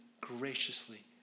graciously